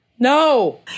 No